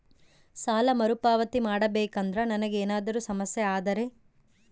ಸಾಲ ಮರುಪಾವತಿ ಮಾಡಬೇಕಂದ್ರ ನನಗೆ ಏನಾದರೂ ಸಮಸ್ಯೆ ಆದರೆ?